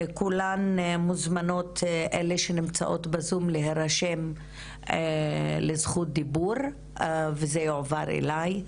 כולן מוזמנות אלה שנמצאות בזום להירשם לזכות דיבור וזה יועבר אליי,